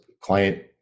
client